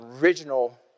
original